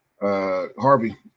Harvey